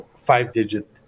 five-digit